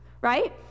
right